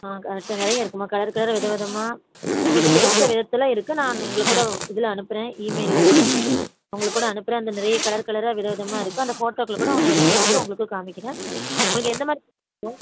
ஆ நிறைய இருக்குதும்மா கலர் கலராக விதவிதமாக உங்களுக்கு பிடித்த விதத்தில் இருக்குது நான் உங்களுக்கு கூட இதில் அனுப்புகிறேன் இமெயிலில் கூட உங்களுக்கு கூட அனுப்புகிறேன் அந்த நிறைய கலர் கலராக விதவிதமாக இருக்குது அந்த ஃபோட்டோக்கள் கூட ஒன்று எடுத்து வந்திருக்கேன் உங்களுக்கு காமிக்கிறேன் உங்களுக்கு எந்தமாதிரி ஃபோட்டோ